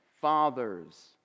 fathers